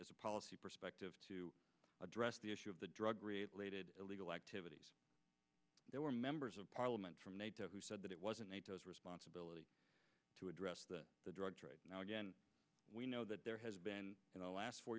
as a policy perspective to address the issue of the drug related illegal activities there were members of parliament from nato who said that it wasn't a responsibility to address the drug again we know that there has been in the last four